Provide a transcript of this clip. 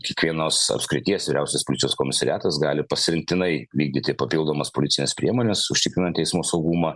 kiekvienos apskrities vyriausias policijos komisariatas gali pasirinktinai vykdyti papildomas policines priemones užtikrinant eismo saugumą